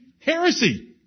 heresy